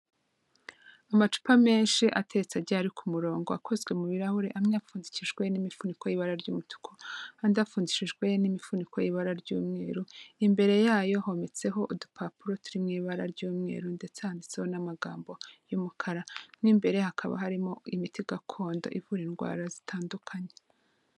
Amacupa menshi ateretse agiye ari ku murongo akozwe mu birahuri, amwe apfundikijwe n'imifuniko y'ibara ry'umutuku andi apfundikijwe n'imifuniko y'i ibara ry'umweru, imbere yayo hometseho udupapuro turi mu ibara ry'umweru ndetse handitseho n'amagambo y'umukara, mo imbere hakaba harimo imiti gakondo ivura indwara zitandukanye.